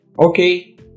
Okay